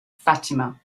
fatima